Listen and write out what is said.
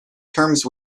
terms